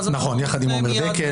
נכון, יחד עם עומר דקל.